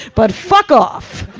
but fuck off!